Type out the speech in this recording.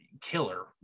killer